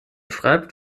schreibt